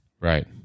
Right